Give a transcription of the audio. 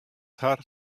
har